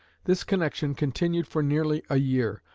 this connection continued for nearly a year,